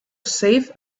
safe